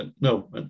No